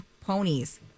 ponies